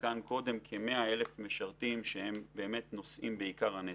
כ-100 אלף משרתים שהם באמת נושאים בעיקר הנטל.